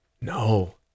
No